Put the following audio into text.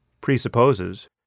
presupposes